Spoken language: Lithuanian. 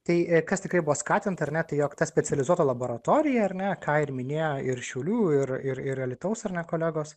tai kas tikrai buvo skatinta ar ne tai jog ta specializuota laboratorija ar ne ką ir minėjo ir šiaulių ir ir ir alytaus ar ne kolegos